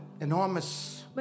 enormous